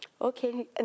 okay